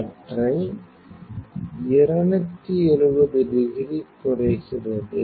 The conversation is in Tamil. கற்றை 270 டிகிரி குறைகிறது